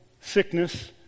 sickness